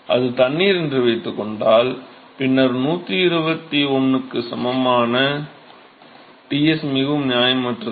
அது தண்ணீர் என்று வைத்துக்கொண்டால் பின்னர் 121 க்கு சமமான Ts மிகவும் நியாயமற்றது